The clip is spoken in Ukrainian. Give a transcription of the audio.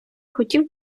хотів